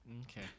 Okay